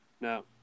No